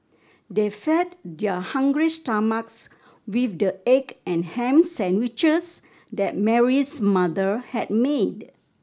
they fed their hungry stomachs with the egg and ham sandwiches that Mary's mother had made